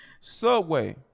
Subway